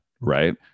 right